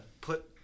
put